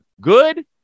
good